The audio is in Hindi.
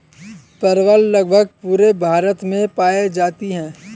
परवल लगभग पूरे भारत में पाई जाती है